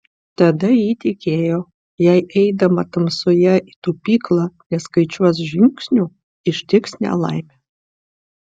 tada ji tikėjo jei eidama tamsoje į tupyklą neskaičiuos žingsnių ištiks nelaimė